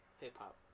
hip-hop